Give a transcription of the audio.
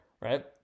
Right